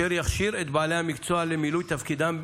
אשר יכשיר את בעלי המקצוע למילוי תפקידם,